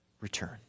return